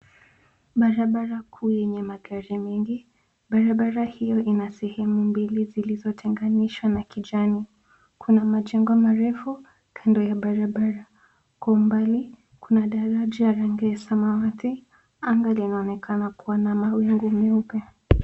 Barabara kuu yenye magari mengi. Barabra hiyo ina pande mbili zilizotenganishwa na kijani. Kuna majengo marefu kando ya barabara. Kwa mbali kuna daraja ya rangi ya samawati. Anga linaonekana kuwa na mawingu meupe.